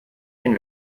den